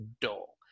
dull